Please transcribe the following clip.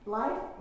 life